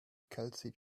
kelsey